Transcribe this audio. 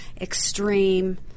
extreme